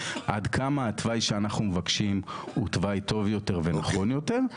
עד כמה התוואי שאנחנו מבקשים הוא תוואי טוב יותר ונכון יותר,